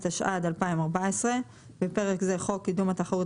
התשע"ד-2014 (בפרק זה חוק קידום התחרות